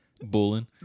Bulling